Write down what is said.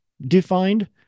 defined